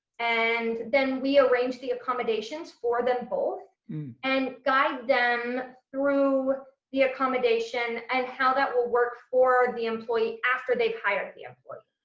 and then we arrange the accommodations for them both and guide them through the accommodation and how that will work for the employee after they've hired the employee.